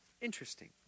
Interesting